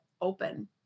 open